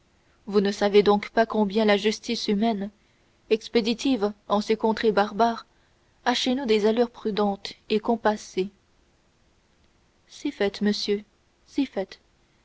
vous ne savez donc pas combien la justice humaine expéditive en ces contrées barbares a chez nous des allures prudentes et compassées si fait monsieur si fait